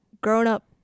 grown-up